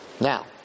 Now